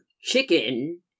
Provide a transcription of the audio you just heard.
chicken